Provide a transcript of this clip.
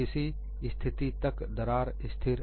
किसी स्थिति तक दरार स्थिर रहेगी